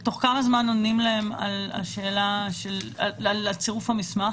תוך כמה זמן עונים להם לגבי צירוף המסמך?